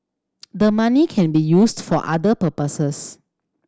the money can be used for other purposes